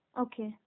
okay